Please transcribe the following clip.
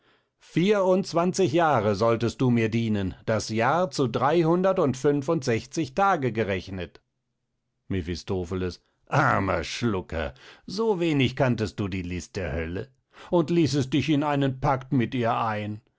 vierundzwanzig jahre solltest du mir dienen das jahr zu dreihundert und fünfundsechzig tage gerechnet mephistopheles armer schlucker so wenig kanntest du die list der hölle und ließest dich in einen pact mit ihr ein